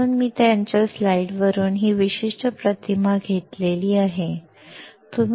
म्हणून मी त्याच्या स्लाइडवरून ही विशिष्ट प्रतिमा घेतली आहे